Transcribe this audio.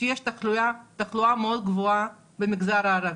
שיש תחלואה מאוד גבוהה במגזר הערבי.